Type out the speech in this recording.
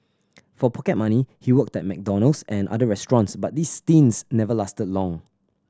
for pocket money he worked at McDonald's and other restaurants but these stints never lasted long